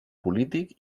polític